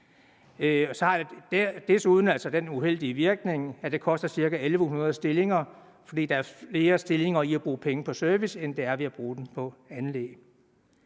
desuden den uheldige virkning, at det koster ca. 1.100 stillinger, for der ligger flere stillinger i det at bruge penge på service end der ligger i det at bruge penge på anlæg.